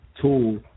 tool